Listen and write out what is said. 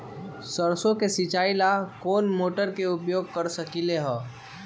सरसों के सिचाई ला कोंन मोटर के उपयोग कर सकली ह?